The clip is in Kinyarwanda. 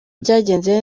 byagenze